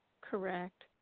correct